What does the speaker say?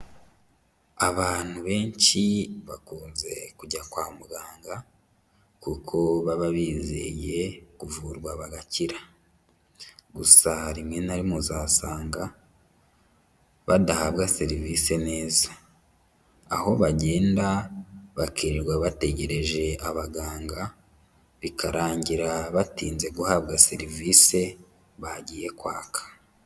Abantu benshi bakunze kujya kwa muganga kuko baba bizeye kuvurwa bagakira, gusa rimwe na rimwe uzasanga badahabwa serivisi neza, aho bagenda bakirirwa bategereje abaganga bikarangira batinze guhabwa serivisi bagiye kwaka.